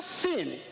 sin